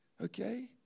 Okay